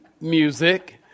Music